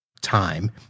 time